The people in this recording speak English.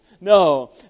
No